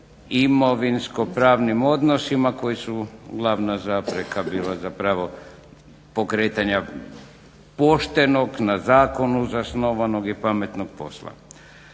imovinsko-pravnim odnosima koji su glavna zapreka bila zapravo pokretanja poštenog, na zakonu zasnovanog i pametnog posla.